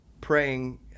praying